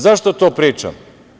Zašto to pričam?